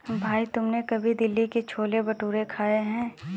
भाई तुमने कभी दिल्ली के छोले भटूरे खाए हैं?